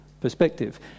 perspective